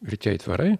ir tie aitvarai